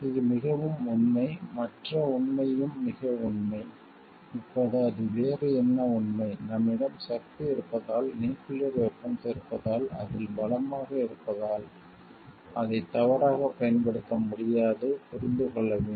இது மிகவும் உண்மை மற்ற உண்மையும் மிக உண்மை இப்போது அது வேறு என்ன உண்மை நம்மிடம் சக்தி இருப்பதால் நியூக்கிளியர் வெபன்ஸ் இருப்பதால் அதில் பலமாக இருப்பதால் அதை தவறாகப் பயன்படுத்த முடியாது புரிந்து கொள்ள வேண்டும்